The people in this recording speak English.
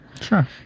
Sure